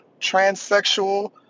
transsexual